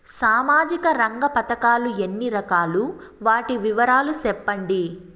సామాజిక రంగ పథకాలు ఎన్ని రకాలు? వాటి వివరాలు సెప్పండి